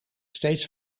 steeds